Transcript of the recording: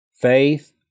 faith